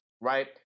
right